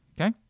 Okay